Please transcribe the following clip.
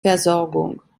versorgung